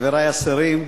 חברי השרים,